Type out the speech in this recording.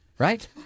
Right